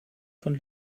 von